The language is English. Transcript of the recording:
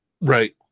Right